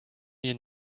ihn